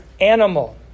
animal